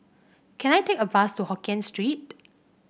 can I take a bus to Hokien Street